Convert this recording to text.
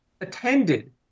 attended